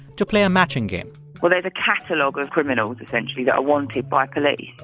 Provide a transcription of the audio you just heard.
to play a matching game well, there's a catalog of criminals, essentially, that are wanted by police.